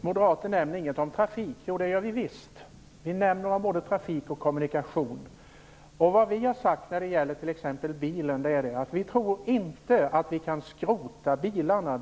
Moderaterna nämner ingenting om trafiken. Jo, det gör vi visst. Vi nämner både trafik och kommunikation. Vad vi har sagt när det t.ex. gäller bilen är att vi inte tror att bilarna kan skrotas.